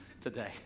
today